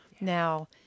Now